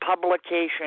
publication